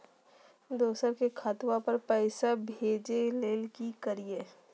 दोसर के खतवा पर पैसवा भेजे ले कि करिए?